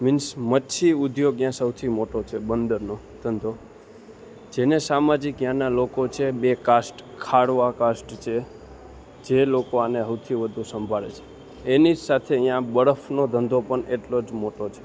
means મચ્છી ઉધ્યોગ યા સૌથી મોટો છે બંદરનો ધંધો જેને સામાજિક ત્યાંના લોકો છે બે કાસ્ટ ખારવા કાસ્ટ છે જે લોકો આને સૌથી વધુ સંભાળે છે એની જ સાથે અહીંંયા બરફનો ધંધો પણ એટલો જ મોટો છે